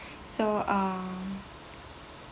so uh